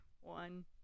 One